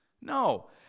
No